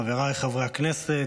חבריי חברי הכנסת,